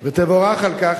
מבקשת ותבורך על כך,